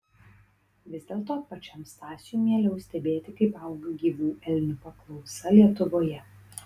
vis dėlto pačiam stasiui mieliau stebėti kaip auga gyvų elnių paklausa lietuvoje